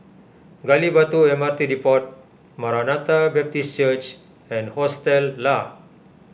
Gali Batu M R T Depot Maranatha Baptist Church and Hostel Lah